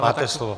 Máte slovo.